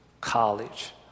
college